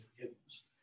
forgiveness